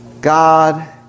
God